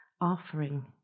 offering